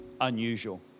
unusual